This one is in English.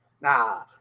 Nah